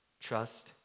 trust